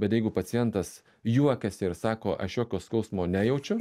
bet jeigu pacientas juokiasi ir sako aš jokio skausmo nejaučiu